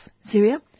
Syria